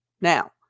Now